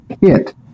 hit